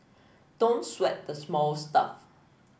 don't sweat the small stuff